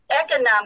economic